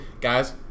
guys